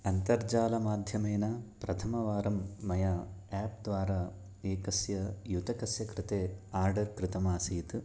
अन्तर्जालमाध्यमेन प्रथमवारं मया एप्द्वारा एकस्य युतकस्य कृते आर्डर् कृतमासीत्